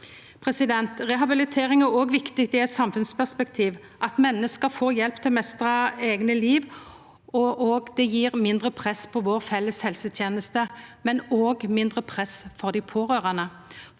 Rehabilitering er òg viktig i eit samfunnsperspektiv, at menneske får hjelp til å meistra eige liv. Det gjev òg mindre press på vår felles helseteneste og mindre press for dei pårørande.